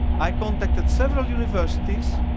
i contacted several universities